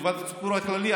לטובת הציבור הכללי.